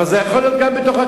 אבל זה יכול להיות גם בכנסת.